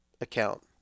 account